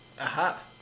Aha